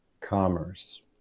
commerce